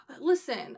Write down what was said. Listen